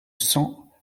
cents